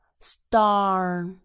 star